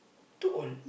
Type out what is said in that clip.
too old